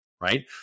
right